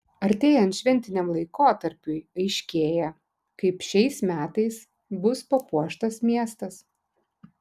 artėjant šventiniam laikotarpiui aiškėja kaip šiais metais bus papuoštas miestas